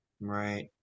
right